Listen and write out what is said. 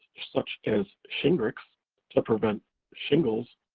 such as shingrix to prevent shingles,